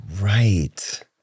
Right